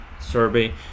survey